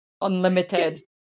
unlimited